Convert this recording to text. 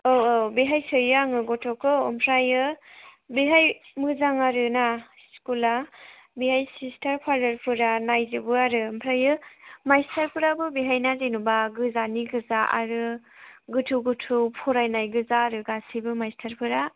औ औ बेवहाय सोयो आङो गथ'खौ ओमफ्राय बेवहाय मोजां आरोना स्कुलआ बेवहाय सिस्टार फाडारफोरा नायजोबो आरो ओमफ्राय मास्टारफोराबो बेवहायना जेनेबा गोजाननि गोजा आरो गोथौ गोथौ फरायनाय गोजा आरो गासैबो मास्टारफोरा